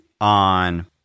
on